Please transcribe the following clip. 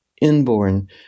inborn